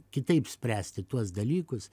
kitaip spręsti tuos dalykus